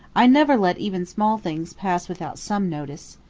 i never let even small things pass without some notice.